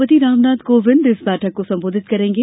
राष्ट्रपतिं राम नाथ कोविंद इस बैठक को संबोधित करेंगे